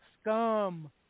Scum